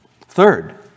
Third